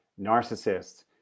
narcissists